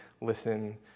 listen